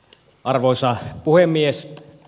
arvoisa puhemies